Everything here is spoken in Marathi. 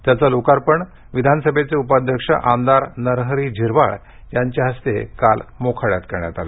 त्याचं लोकार्पण विधानसभेचे ऊपाध्यक्ष आमदार नरहरी झिरवाळ यांच्या हस्ते काल मोखाड्यात करण्यात आलं